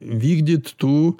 vykdyt tų